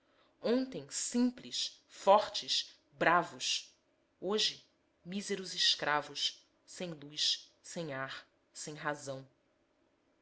ontem simples fortes bravos hoje míseros escravos sem luz sem ar sem razão